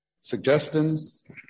suggestions